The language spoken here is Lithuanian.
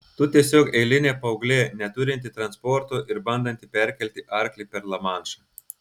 tu tiesiog eilinė paauglė neturinti transporto ir bandanti perkelti arklį per lamanšą